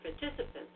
participants